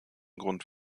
grund